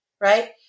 right